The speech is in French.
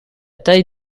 taille